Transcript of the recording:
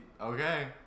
okay